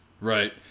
Right